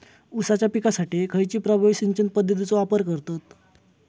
ऊसाच्या पिकासाठी खैयची प्रभावी सिंचन पद्धताचो वापर करतत?